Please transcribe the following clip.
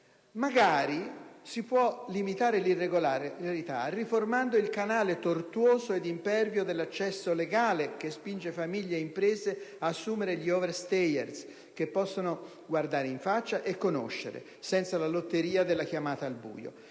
quanto possibile, l'irregolarità; magari riformando il canale tortuoso ed impervio dell'accesso legale che spinge famiglie ed imprese ad assumere gli *overstayers* che possono guardare in faccia e conoscere, senza la lotteria della chiamata al buio;